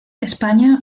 españa